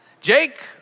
Jake